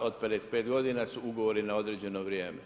od 55 godina su ugovori na određeno vrijeme.